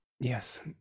yes